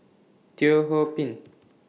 Teo Ho Pin